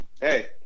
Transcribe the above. hey